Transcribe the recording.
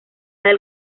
del